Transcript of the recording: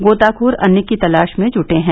गोताखोर अन्य की तलाश में जुटे हैं